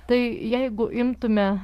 tai jeigu imtume